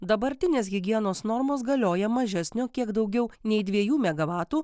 dabartinės higienos normos galioja mažesniu kiek daugiau nei dviejų megavatų